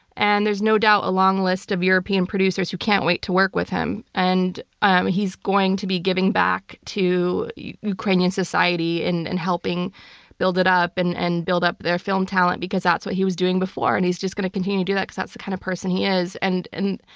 and there's no doubt a long list of european producers who can't wait to work with him. and um he's going to be giving back to ukrainian society and and helping build it up and and build up their film talent because that's what he was doing before and he's just going to continue to do that because that's the kind of person he is. and, and,